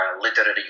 literary